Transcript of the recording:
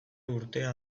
urtea